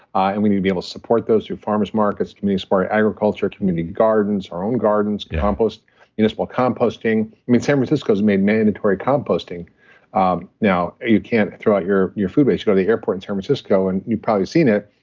and we need to be able to support those through farmers' markets, community smart agriculture, community gardens, our own gardens, you know support composting. i mean, san francisco's made mandatory composting um now, you can't throw out your your food waste. you go to the airport in san francisco, and you've probably seen it.